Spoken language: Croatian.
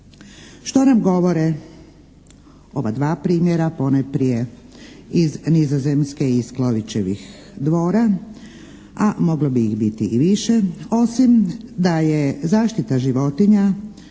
Što nam govore ova dva primjera, ponajprije iz Nizozemske i iz Klovićevih dvora, a moglo bi ih biti i više, osim da je zaštita životinja